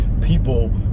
People